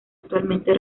actualmente